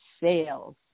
sales